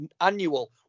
annual